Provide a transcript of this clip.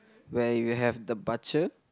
where you have the butcher